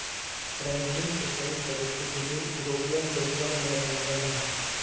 ranching के ई पद्धति विभिन्न यूरोपीयन देशवन में अपनावल जाहई